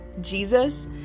Jesus